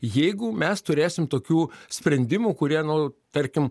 jeigu mes turėsim tokių sprendimų kurie nu tarkim